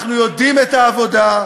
אנחנו יודעים את העבודה,